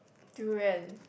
durian